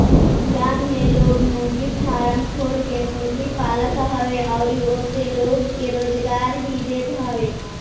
गांव में लोग मुर्गी फारम खोल के मुर्गी पालत हवे अउरी ओसे लोग के रोजगार भी देत हवे